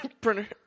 printer